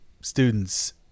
students